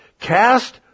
cast